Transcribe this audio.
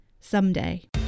someday